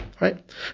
right